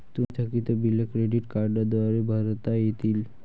तुमची थकीत बिले क्रेडिट कार्डद्वारे भरता येतील